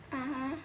(uh huh)